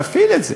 תפעיל את זה"?